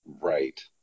Right